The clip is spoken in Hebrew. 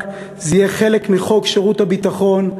זה יהיה חלק מחוק שירות ביטחון,